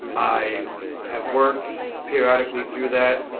i have worked periodically through that.